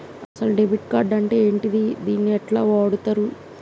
అసలు debit card అంటే ఏంటిది? దీన్ని ఎట్ల వాడుతరు?